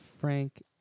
frank